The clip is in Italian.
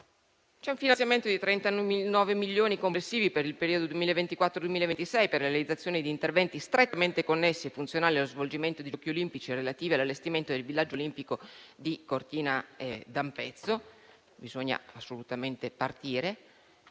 C'è un finanziamento di 39 milioni complessivi per il periodo 2024-2026 per la realizzazione di interventi strettamente connessi e funzionali allo svolgimento dei Giochi olimpici, relativi all'allestimento del Villaggio olimpico di Cortina d'Ampezzo per i quali bisogna assolutamente partire.